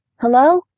Hello